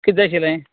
कितें जाय आशिल्लें